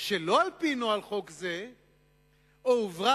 שלא על-פי נוהל חוק זה ו/או הועברה